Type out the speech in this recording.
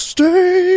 Stay